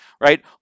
right